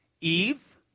Eve